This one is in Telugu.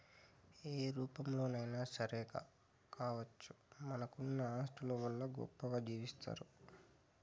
ఏ రూపంలోనైనా సరే కావచ్చు మనకున్న ఆస్తుల వల్ల గొప్పగా జీవిస్తారు